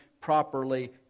properly